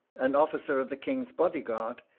an officer of the king's body-guard,